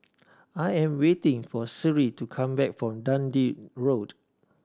I am waiting for Sherree to come back from Dundee Road